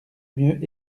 mieux